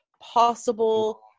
possible